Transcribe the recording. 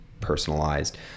personalized